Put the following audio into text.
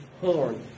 horn